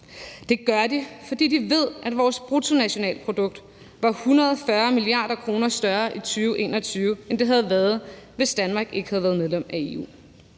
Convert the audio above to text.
Det gør de, fordi de ved, at vores bruttonationalprodukt var 140 mia. kr. større i 2021, end det havde været, hvis Danmark ikke havde været medlem af EU.